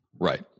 Right